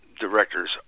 directors